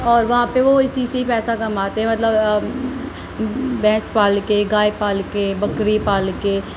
اور وہاں پہ وہ اسی سے پیسہ کماتے ہیں اور مطلب بھینس پال کے گائے پال کے بکری پال کے